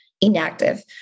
inactive